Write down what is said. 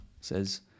says